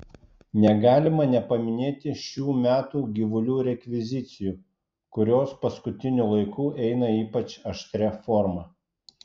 negalima nepaminėti šių metų gyvulių rekvizicijų kurios paskutiniu laiku eina ypač aštria forma